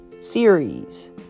series